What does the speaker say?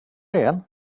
igen